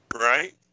Right